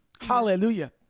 Hallelujah